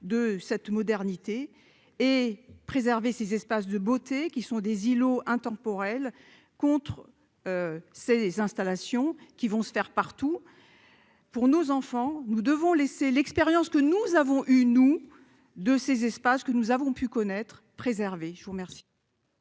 de cette modernité et préserver ses espaces de beauté, qui sont des îlots intemporel contre ses installations qui vont se faire partout pour nos enfants, nous devons laisser l'expérience que nous avons une ou deux ces espaces que nous avons pu connaître préserver je vous remercie.